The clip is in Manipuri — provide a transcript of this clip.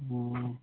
ꯑꯣ